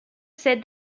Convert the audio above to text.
said